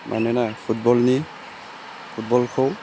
मानोना फुटबलखौ